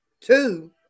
two